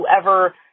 whoever